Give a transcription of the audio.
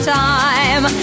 time